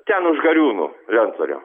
ten už gariūnų lentvario